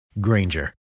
Granger